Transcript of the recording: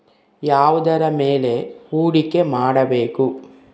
ಯಾವುದರ ಮೇಲೆ ಹೂಡಿಕೆ ಮಾಡಬೇಕು?